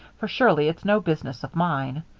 for surely it's no business of mine.